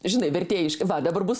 žinai vertėjai va dabar bus